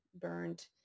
burned